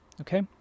okay